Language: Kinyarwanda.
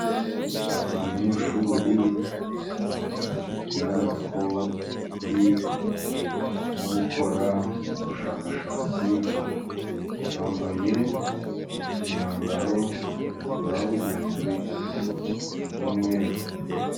Abanyeshuri bigaragara ko barimo gukora ubushakashatsi, bambaye imyambaro yabugenewe y'umweru.